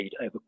over